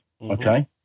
okay